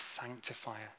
sanctifier